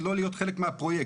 ולא להיות חלק מהפרויקט.